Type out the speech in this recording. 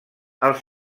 els